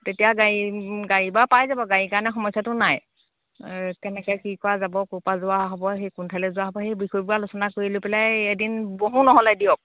তেতিয়া গাড়ী গাড়ী বাৰু পাই যাব গাড়ী কাৰণে সমস্যাটো নাই কেনেকৈ কি কৰা যাব বা ক'ৰ পৰা যোৱা হ'ব সেই কোনফালে যোৱা হ'ব সেই বিষয়বোৰ আলোচনা কৰি লৈ পেলাই এদিন বহো নহ'লে দিয়ক